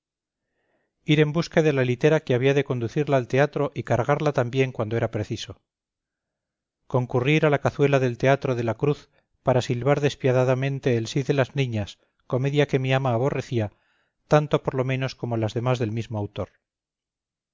ir en busca de la litera que había de conducirla al teatro y cargarla también cuando era preciso concurrir a la cazuela del teatro de la cruz para silbar despiadadamente el sí de las niñas comedia que mi ama aborrecía tanto por lo menos como a las demás del mismo autor